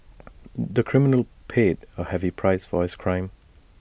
the criminal paid A heavy price for his crime